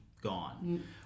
gone